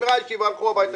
נגמרה הישיבה והלכו הביתה.